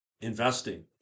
investing